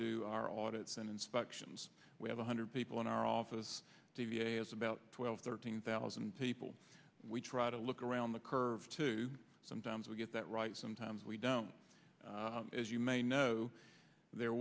do our audit and inspections we have one hundred people in our office the v a has about twelve thirteen thousand people we try to look around the curve to sometimes we get that right sometimes we don't as you may know there